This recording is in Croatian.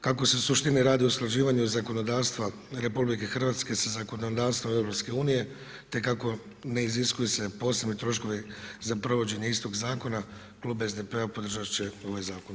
Kako se u suštini radi o usklađivanju zakonodavstva RH sa zakonodavstvom EU, te kako ne iziskuju se posebni troškovi za provođenje istog zakona klub SDP-a podržat će ovaj zakon.